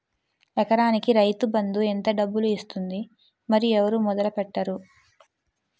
ఎకరానికి రైతు బందు ఎంత డబ్బులు ఇస్తుంది? మరియు ఎవరు మొదల పెట్టారు?